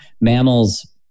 mammals